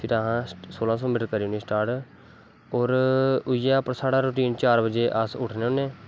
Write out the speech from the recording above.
फिर असैं सोलांह सौ मीटर करी ओड़ना स्टार्ट और उऐ साढ़ा रोटीन चार बज़े उट्ठनें होनें